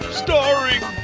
starring